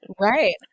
right